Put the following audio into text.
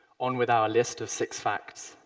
on with our list of six facts,